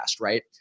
right